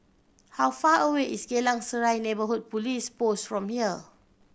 how far away is Geylang Serai Neighbourhood Police Post from here